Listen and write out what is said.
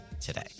today